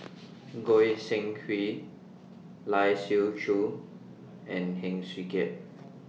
Goi Seng Hui Lai Siu Chiu and Heng Swee Keat